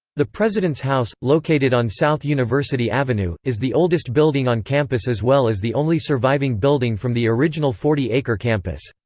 the president's house, located on south university avenue, is the oldest building on campus as well as the only surviving building from the original forty-acre campus.